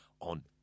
on